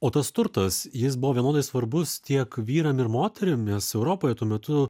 o tas turtas jis buvo vienodai svarbus tiek vyram ir moterim nes europoje tuo metu